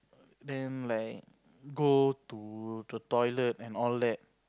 then like go to the toilet and all that